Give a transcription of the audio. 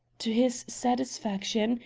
to his satisfaction,